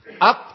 up